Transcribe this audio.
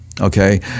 okay